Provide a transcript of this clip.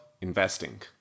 investing